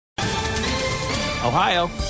Ohio